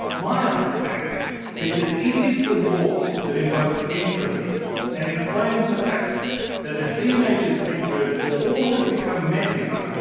my understanding is that it is the law that invokes entropy and explains the fact that a teenager's bedroom will always become messier,